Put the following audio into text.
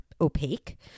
opaque